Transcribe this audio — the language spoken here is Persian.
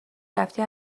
رفتی